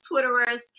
Twitterers